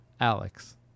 Alex